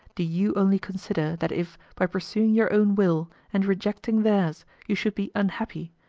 do you only consider, that if, by pursuing your own will, and rejecting theirs, you should be unhappy,